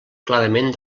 clarament